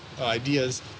ideas